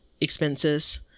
expenses